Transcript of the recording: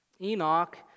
Enoch